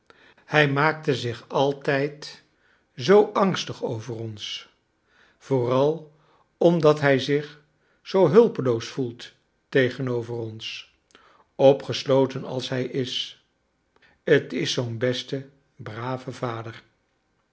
hij maakte zich altijd zoo angstig over ons vooral omdat hij zich zoo hulpeloos voelt tegenover ons opgesloten als hij is t is zoo'n beste brave vader